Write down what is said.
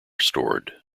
stored